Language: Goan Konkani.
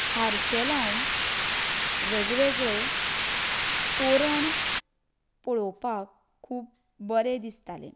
हारशे लावन वेग वेगळे तोरण पळोवपाक खूब बरें दिसताले